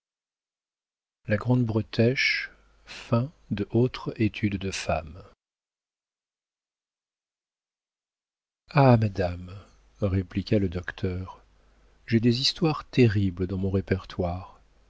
étude de femme ah madame répliqua le docteur j'ai des histoires terribles dans mon répertoire